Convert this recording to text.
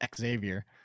xavier